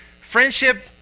friendship